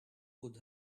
would